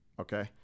okay